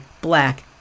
black